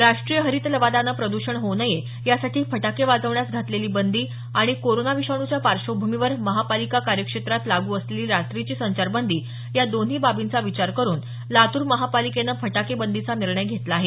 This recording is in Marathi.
राष्ट्रीय हरित लवादाने प्रद्षण होऊ नये यासाठी फटाके वाजवण्यास घातलेली बंदी आणि कोरोना विषाणूच्या पार्श्वभूमीवर महापालिका कार्यक्षेत्रात लागू असलेली रात्रीची संचारबंदी या दोन्ही बाबींचा विचार करुन लातूर महापालिकेने फटाकेबंदीचा निर्णय घेतला आहे